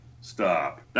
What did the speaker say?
Stop